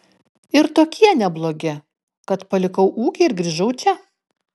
ir tokie neblogi kad palikau ūkį ir grįžau čia